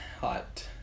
hot